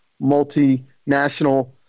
multinational